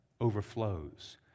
overflows